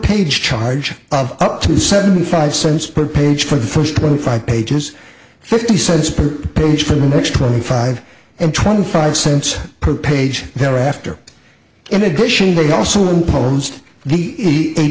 page charge of up to seventy five cents per page for the first twenty five pages fifty cents per pills for the next twenty five and twenty five cents per page thereafter in addition they also imposed the